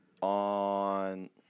on